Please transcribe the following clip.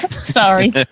sorry